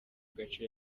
gace